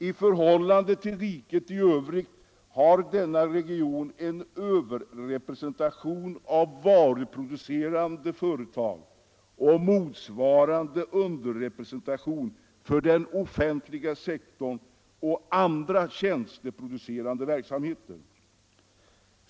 I förhållande till riket i övrigt har denna region en överrepresentation av varuproducerande företag och en motsvarande underrepresentation för den offentliga sektorn och andra tjänsteproducerande verksamheter.